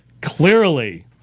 clearly